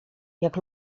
jak